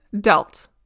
Dealt